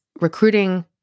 recruiting